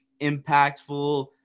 impactful